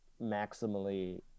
maximally